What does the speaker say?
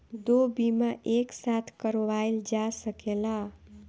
दो बीमा एक साथ करवाईल जा सकेला?